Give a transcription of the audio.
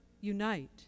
unite